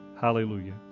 Hallelujah